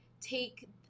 take